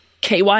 KY